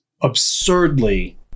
absurdly